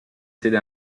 sede